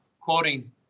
quoting